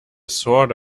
sort